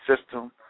system